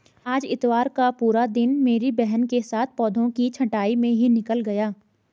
आज इतवार का पूरा दिन मेरी बहन के साथ पौधों की छंटाई में ही निकल गया